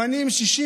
ממנים 61